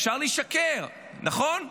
אפשר לשקר, נכון?